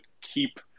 keep